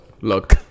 look